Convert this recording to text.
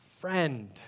friend